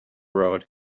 road